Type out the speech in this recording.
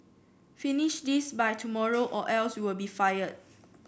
finish this by tomorrow or else you'll be fired